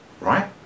Right